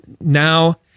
now